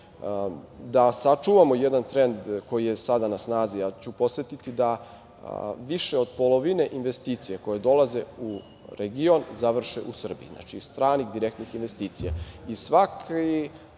Da sačuvamo jedan trend koji je sada na snazi, ali ću podsetiti da više od polovine investicija koje dolaze u region završe u Srbiji, znači stranih, direktnih investicija. Svake